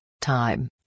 time